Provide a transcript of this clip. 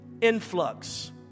influx